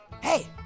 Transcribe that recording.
Hey